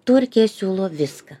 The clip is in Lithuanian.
turkija siūlo viską